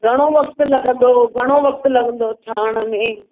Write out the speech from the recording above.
घणो वक़्तु लॻंदो घणो वक़्तु लॻंदो ठहण में